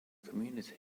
community